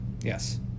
Yes